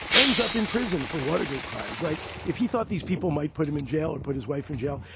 ends up in prison for watergate crimes. right. if he thought these people might put him in jail or put his wife in jail,